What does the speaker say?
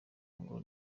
ngo